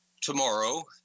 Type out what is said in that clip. tomorrow